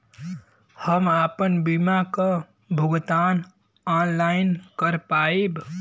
हम आपन बीमा क भुगतान ऑनलाइन कर पाईब?